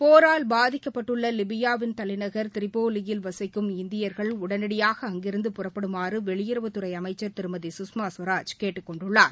போரால் பாதிக்கப்பட்டுள்ள லிபியாவின் தலைநகர் திரிபோலியில் வசிக்கும் இந்தியர்கள் உடனடியாக அங்கிருந்து புறப்படுமாறு வெளியுறவுத்துறை அமைச்சர் திருமதி சுஷ்மா சுவராஜ் கேட்டுக்கொண்டுள்ளார்